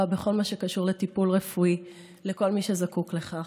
בכל מה שקשור לטיפול רפואי לכל מי שזקוק לכך.